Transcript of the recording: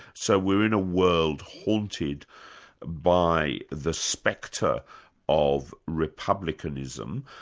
so we're in a world haunted by the spectre of republicanism.